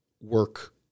work